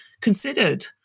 considered